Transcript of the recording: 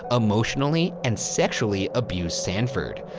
emotionally, and sexually abuse sanford.